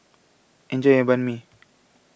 Enjoy your Banh MI